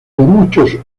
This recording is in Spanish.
muchos